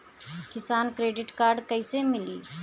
किसान credit card कइसे मिली?